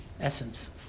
essence